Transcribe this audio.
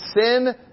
sin